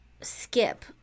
skip